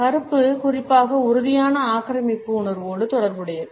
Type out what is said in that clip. கறுப்பு குறிப்பாக உறுதியான ஆக்கிரமிப்பு உணர்வோடு தொடர்புடையது